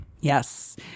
Yes